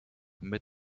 mit